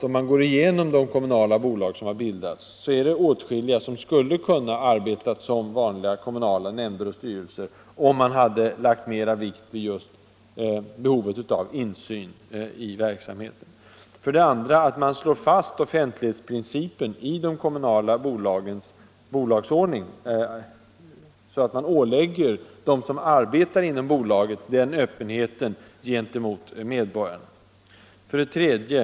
Om man går igenom de kommunala bolag som har bildats, är det säkert åtskilliga som skulle kunna ha arbetat som vanliga kommunala nämnder och styrelser om man hade lagt mera vikt vid behovet av insyn i verksamheten. 2. Offentlighetsprincipen bör slås fast i de kommunala bolagens bolagsordning, så att man ålägger dem som arbetar inom bolagen öppenhet gentemot medborgarna. 3.